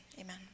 Amen